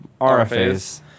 RFAs